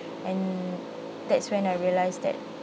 and that's when I realised that